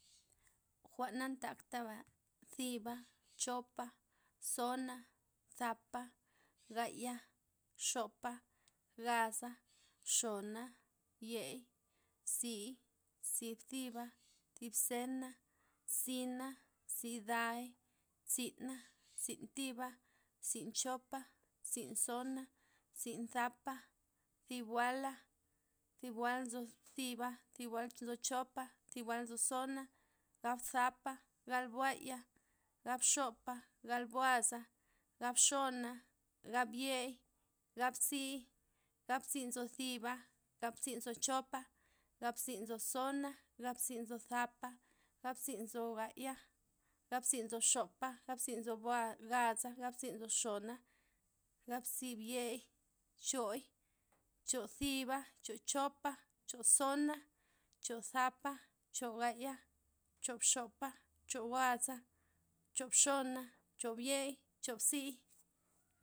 Jwa'n na ntaktaba thiba chopa tsona thapa gaya xopa gaza xona yei tzi tzi thiba thib zena tzina tziday tzi'na' tzin thiba tzin chopa tzin tsona tzin thapa thib buala thib buala nzo thiba thib buala nzo chopa thib buala nzo tsona gal thapa gal buaya gal xopa gal bugaza gal xona gal biey gal tzii gal tzii nzo thiba gal tzii nzo chopa gal tzii nzo tsona gal tzii nzo thapa gal tzii nzo gaya gal tzii nzo xopa gal tzii nzo buaza gal tzii nzo bxona gal tzii biey chooi choo bziba choo chopa choo tsona choo thapa choo gaya choo xopa choop gaza choop xona choop yei choop tzii